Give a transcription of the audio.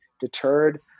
deterred